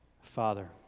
Father